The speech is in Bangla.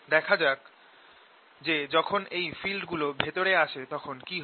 দেখা যাক যে যখন এই ফিল্ড গুলো ভেতরে আসে তখন কি হয়